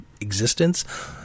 existence